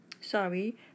sorry